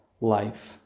life